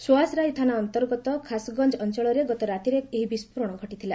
ସୋହସାରାଇ ଥାନା ଅନ୍ତର୍ଗତ ଖାସ୍ଗଞ୍ଜ ଅଞ୍ଚଳରେ ଗତରାତିରେ ଏହି ବିସ୍କୋରଣ ଘଟିଥିଲା